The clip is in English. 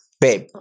Babe